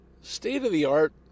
state-of-the-art